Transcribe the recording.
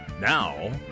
Now